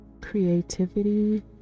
Creativity